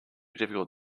difficult